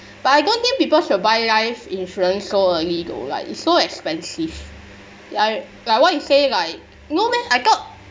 but I don't think people should buy life insurance so early though like it's so expensive like like what you say like no meh I thought